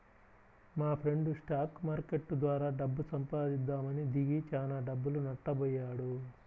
మాఫ్రెండు stock market ద్వారా డబ్బు సంపాదిద్దామని దిగి చానా డబ్బులు నట్టబొయ్యాడు